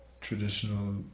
traditional